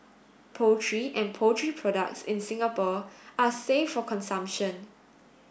poultry and poultry products in Singapore are safe for consumption